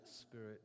spirit